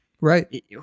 Right